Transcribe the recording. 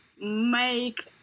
Make